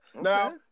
Now